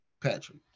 Patrick